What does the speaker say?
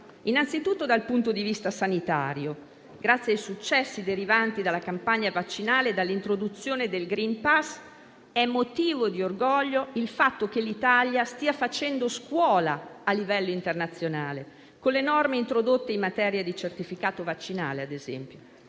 anzitutto dal punto di vista sanitario. Grazie ai successi derivanti dalla campagna vaccinale e dall'introduzione del *green pass*, è motivo di orgoglio il fatto che l'Italia stia facendo scuola a livello internazionale, con le norme introdotte in materia di certificato vaccinale, ad esempio.